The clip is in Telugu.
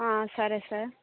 సరే సార్